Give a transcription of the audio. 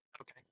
Okay